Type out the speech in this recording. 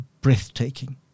breathtaking